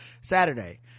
saturday